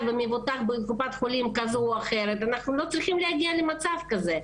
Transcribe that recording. שמבוטח בקופת חולים כזו או אחרת - אנחנו לא צריכים להגיע למצב כזה.